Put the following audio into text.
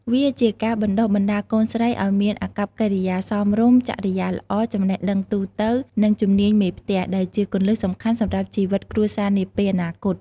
វាជាការបណ្តុះបណ្តាលកូនស្រីឱ្យមាន អាកប្បកិរិយាសមរម្យ ចរិយាល្អ ចំណេះដឹងទូទៅ និង ជំនាញមេផ្ទះ ដែលជាគន្លឹះសំខាន់សម្រាប់ជីវិតគ្រួសារនាពេលអនាគត។